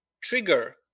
trigger